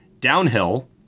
Downhill